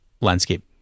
landscape